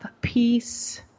peace